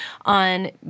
on